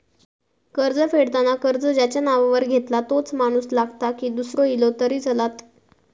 कर्ज फेडताना कर्ज ज्याच्या नावावर घेतला तोच माणूस लागता की दूसरो इलो तरी चलात?